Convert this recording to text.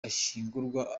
ashyingurwa